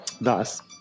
thus